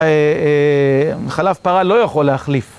חלב פרה לא יכול להחליף